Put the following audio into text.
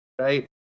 right